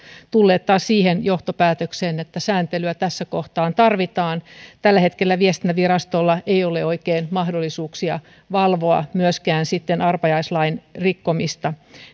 tulleet taas siihen johtopäätökseen että sääntelyä tässä kohtaa tarvitaan tällä hetkellä viestintävirastolla ei ole oikein mahdollisuuksia valvoa myöskään arpajaislain rikkomista